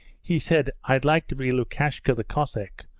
he said, i'd like to be lukashka the cossack,